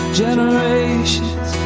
generations